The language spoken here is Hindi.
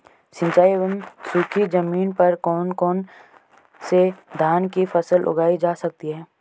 सिंचाई एवं सूखी जमीन पर कौन कौन से धान की फसल उगाई जा सकती है?